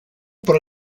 por